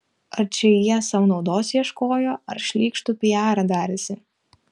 ar čia jie sau naudos ieškojo ar šlykštų piarą darėsi